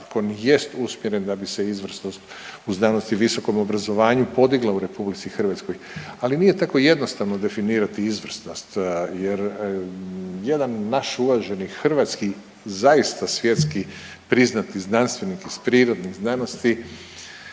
zakon je usmjeren da bi izvrsnost u znanosti i visokom obrazovanju podigla u RH. Ali nije tako jednostavno definirati izvrsnost jer jedan naš uvaženi hrvatski zaista svjetski priznati znanstvenik iz prirodnih znanosti,